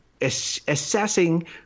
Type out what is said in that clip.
assessing